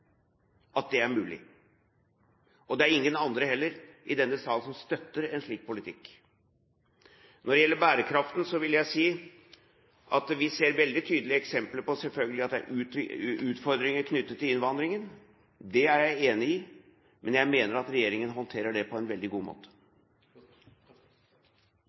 er mulig, og det er heller ingen andre i denne sal som støtter en slik politikk. Når det gjelder bærekraften, vil jeg si at vi selvfølgelig ser veldig tydelige eksempler på at det er utfordringer knyttet til innvandringen. Det er jeg enig i, men jeg mener at regjeringen håndterer det på en veldig god måte.